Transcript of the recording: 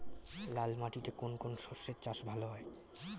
লাল মাটিতে কোন কোন শস্যের চাষ ভালো হয়?